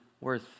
worth